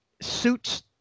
suits